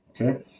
Okay